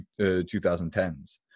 2010s